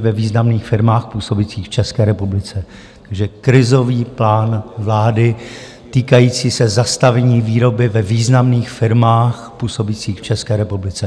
ve významných firmách působících v České republice, takže Krizový plán vlády týkající se zastavení výroby ve významných firmách působících v České republice.